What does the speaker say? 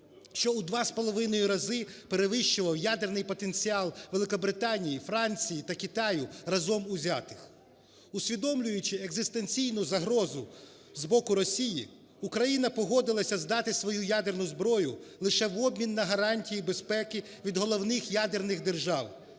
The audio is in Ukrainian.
що у 2,5 рази перевищував ядерний потенціал Великобританії, Франції та Китаю, разом узятих. Усвідомлюючиекзистенційну загрозу з боку Росії, Україна погодилася здати свою ядерну зброю лише в обмін на гарантії безпеки від головних ядерних держав: